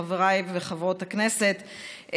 חבריי וחברות הכנסת,